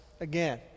again